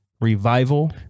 revival